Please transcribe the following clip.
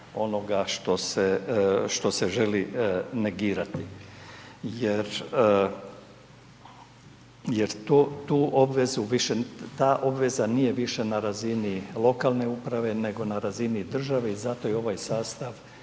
onoga što se želi negirati jer tu obvezu više, ta obveza nije više na razini lokalne uprave nego na razini države i zato je ovaj sastav